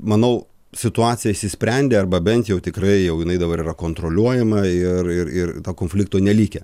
manau situacija išsisprendė arba bent jau tikrai jau jinai dabar yra kontroliuojama ir ir ir konfliktų nelikę